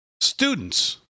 students